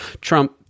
Trump